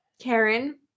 Karen